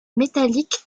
métalliques